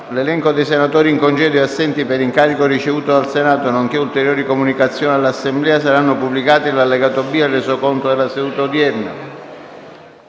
L'elenco dei senatori in congedo e assenti per incarico ricevuto dal Senato, nonché ulteriori comunicazioni all'Assemblea saranno pubblicati nell'allegato B al Resoconto della seduta odierna.